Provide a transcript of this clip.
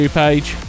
page